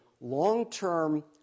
long-term